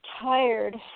tired